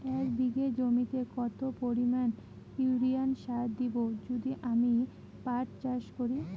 এক বিঘা জমিতে কত পরিমান ইউরিয়া সার দেব যদি আমি পাট চাষ করি?